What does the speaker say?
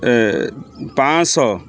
ପାଞ୍ଚ ଶହ